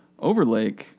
Overlake